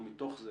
אנחנו מתוך זה